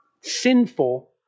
sinful